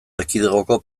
erkidegoko